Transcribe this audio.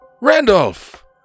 Randolph